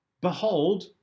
behold